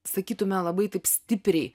sakytume labai taip stipriai